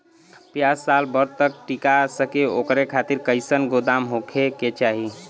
प्याज साल भर तक टीका सके ओकरे खातीर कइसन गोदाम होके के चाही?